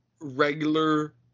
regular